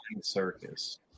Circus